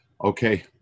Okay